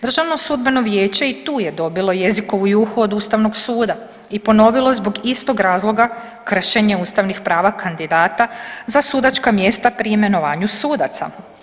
Državno sudbeno vijeće i tu je dobilo jezikovu juhu od Ustavnog suda i ponovilo zbog istog razloga kršenje ustavnih prava kandidata za sudačka mjesta pri imenovanju sudaca.